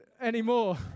anymore